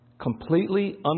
completely